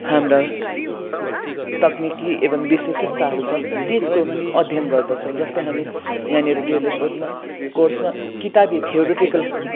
हाम्रा तक्निकी एवम् विशेषताहरू छ त्यसको अध्ययन गर्दछौँ जस्तै हामी यहाँनिर डिएलएड कोडमा कोर्समा किताबी थ्योरिटिकल